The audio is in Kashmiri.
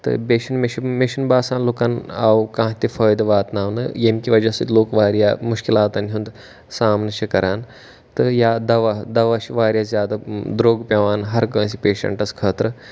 تہٕ بیٚیہِ چھُنہٕ مےٚ چھُ مےٚ چھُنہٕ باسان لُکَن آو کانٛہہ تہِ فٲیدٕ واتناونہٕ ییٚمہِ کہِ وجہ سۭتۍ لُکھ واریاہ مُشکِلاتَن ہُنٛد سامنہٕ چھِ کَران تہٕ یا دوا دوا چھُ واریاہ زیادٕ درٛوگ پٮ۪وان ہر کٲنٛسہِ پیشَنٹَس خٲطرٕ